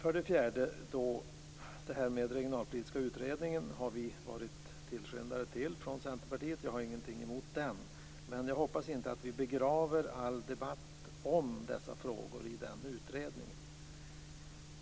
Vi i Centerpartiet har varit tillskyndare till den regionalpolitiska utredningen. Jag har ingenting emot den. Men jag hoppas att vi inte begraver all debatt om dessa frågor i den utredningen.